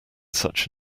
such